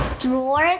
drawers